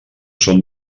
són